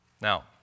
Now